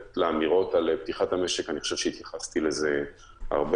לגבי האמירות על פתיחת המשק אני חושב שהתייחסתי לזה הרבה.